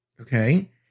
Okay